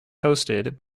hosted